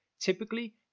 Typically